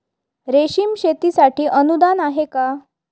रेशीम शेतीसाठी अनुदान आहे का?